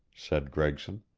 said gregson.